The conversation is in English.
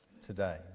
today